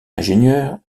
ingénieur